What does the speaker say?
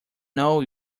know